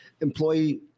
employee